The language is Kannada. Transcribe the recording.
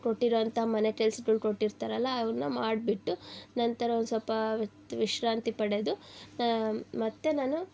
ಕೊಟ್ಟಿರುವಂಥ ಮನೆ ಕೆಲ್ಸಗಳು ಕೊಟ್ಟಿರ್ತಾರಲ್ಲ ಅವನ್ನ ಮಾಡಿಬಿಟ್ಟು ನಂತರ ಒಂದು ಸ್ವಲ್ಪ ವಿಶ್ರಾಂತಿ ಪಡೆದು ನಾ ಮತ್ತೆ ನಾನು